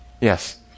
Yes